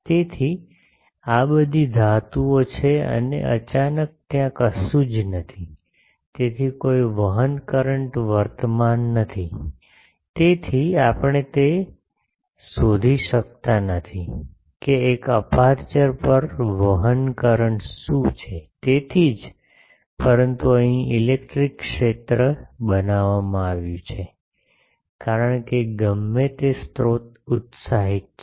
તેથી આ બધી ધાતુઓ છે અને અચાનક ત્યાં કશું જ નથી તેથી કોઈ વહન કરંટ વર્તમાન નથી તેથી આપણે તે શોધી શકતા નથી કે એક અપેરચ્યોર પર વહન કરંટ શું છે તેથી જ પરંતુ અહીં ઇલેક્ટ્રિક ક્ષેત્ર બનાવવામાં આવ્યું છે કારણ કે ગમે તે સ્રોત ઉત્સાહિત છે